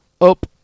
up